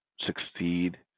succeed